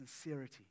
sincerity